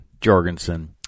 Jorgensen